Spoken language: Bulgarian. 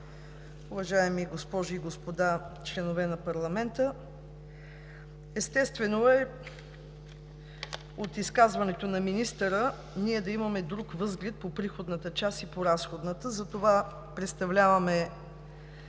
уважаеми госпожи и господа членове на парламента! Естествено е, от изказването на министъра ние да имаме друг възглед по приходната част и по разходната. Затова ние представляваме